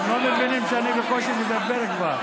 הם לא מבינים שאני בקושי מדבר כבר?